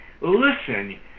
listen